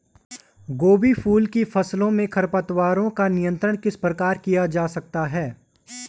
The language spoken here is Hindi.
गोभी फूल की फसलों में खरपतवारों का नियंत्रण किस प्रकार किया जा सकता है?